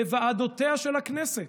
בוועדותיה של הכנסת,